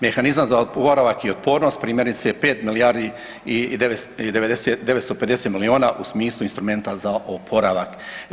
Mehanizam za oporavak i otpornost primjerice je 5 milijardi i 950 milijuna u smislu instrumenta za oporavak.